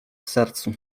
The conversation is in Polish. sercu